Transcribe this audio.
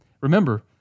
Remember